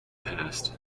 past